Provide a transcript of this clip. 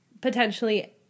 potentially